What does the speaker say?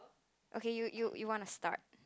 okay you you you want to start